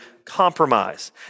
compromise